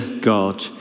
God